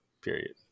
period